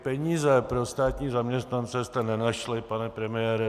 Peníze pro státní zaměstnance jste nenašli, pane premiére.